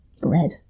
bread